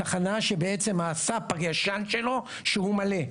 התחנה שבעצם הסאפ הישן שלו שהוא מלא.